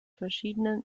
verschiedenen